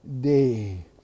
day